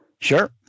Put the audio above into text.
sure